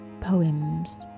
Poems